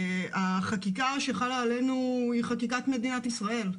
החקיקה שחלה עלינו היא חקיקת מדינת ישראל.